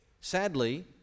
Sadly